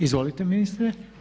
Izvolite ministre.